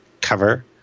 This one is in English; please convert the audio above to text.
Cover